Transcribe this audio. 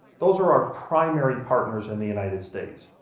those are our primary partners in the united states.